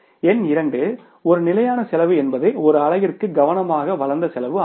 எண் இரண்டு ஒரு நிலையான செலவு என்பது ஒரு அலகிற்கு கவனமாக வளர்ந்த செலவு ஆகும்